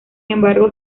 embargo